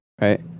right